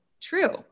true